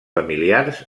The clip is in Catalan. familiars